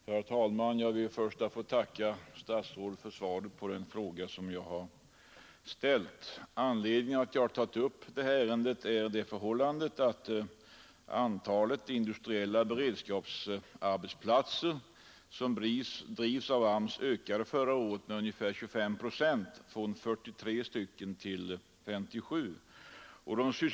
Herr talman! Jag ber först att få tacka statsrådet för svaret på den fråga jag ställt. Anledningen till att jag tagit upp detta ärende är att antalet industriella beredskapsarbetsplatser i AMS:s regi förra året ökade med 25 procent eller från 43 till 57.